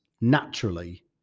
naturally